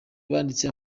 banditse